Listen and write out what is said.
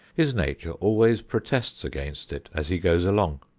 his nature always protests against it as he goes along.